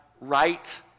right